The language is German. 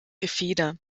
gefieder